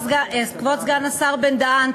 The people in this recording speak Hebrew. כבוד סגן השר בן-דהן,